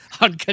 on